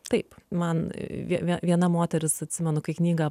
taip man viena moteris atsimenu kai knygą